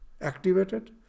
activated